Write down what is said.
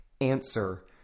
answer